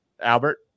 Albert